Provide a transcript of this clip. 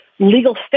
legal